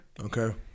Okay